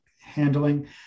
handling